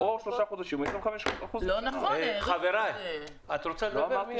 או שלושה חודשים או 25%. חברים,